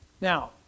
Now